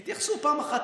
תתייחסו פעם אחת,